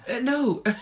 No